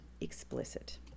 explicit